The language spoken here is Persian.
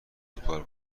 فوتبال